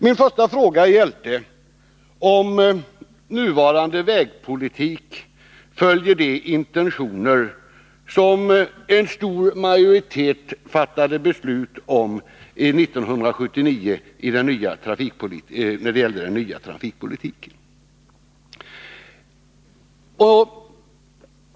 Min första fråga gällde om nuvarande vägpolitik följer de intentioner som en stor majoritet fattade beslut om 1979 när det gällde den nya trafikpolitiken.